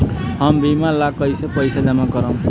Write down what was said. हम बीमा ला कईसे पईसा जमा करम?